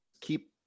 keep